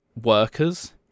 workers